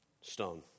stone